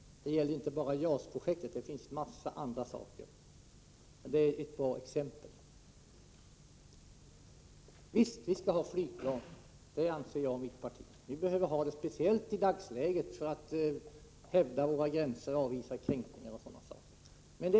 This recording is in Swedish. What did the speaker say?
Det gäller inte bara beträffande JAS-projektet utan också i en mängd andra sammanhang, men det är ett bra exempel. Visst anser både jag och mitt parti att vi behöver ha flygplan, speciellt i dagsläget, för att hävda våra gränser, avvisa kränkningar osv.